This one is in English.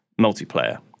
multiplayer